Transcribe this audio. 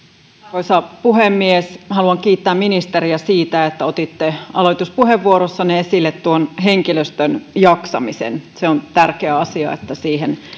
arvoisa puhemies haluan kiittää ministeriä siitä että otitte aloituspuheenvuorossanne esille henkilöstön jaksamisen on tärkeä asia että siihen